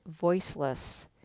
voiceless